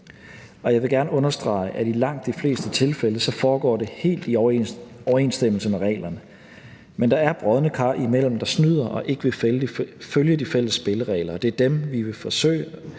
jeg vil gerne understrege, at i langt de fleste tilfælde foregår det helt i overensstemmelse med reglerne. Men der er brodne kar imellem, der snyder, og som ikke vil følge de fælles spilleregler, og det er dem, som vi vil forsøge